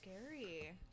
scary